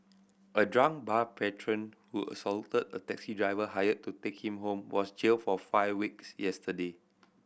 a drunk bar patron who assaulted a taxi driver hired to take him home was jailed for five weeks yesterday